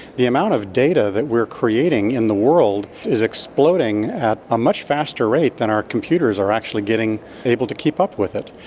the amount of data that we are creating in the world is exploding at a much faster rate than our computers are actually getting able to keep up with it.